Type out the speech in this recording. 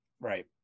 Right